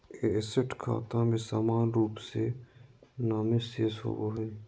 asset खाता में सामान्य रूप से नामे शेष होबय हइ